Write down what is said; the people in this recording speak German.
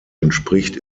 entspricht